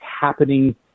happening